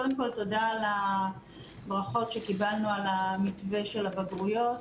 קודם כל תודה על הברכות שקיבלנו על המתווה של הבגרויות,